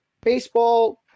baseball